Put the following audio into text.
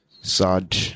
sad